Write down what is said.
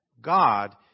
God